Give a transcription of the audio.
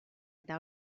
eta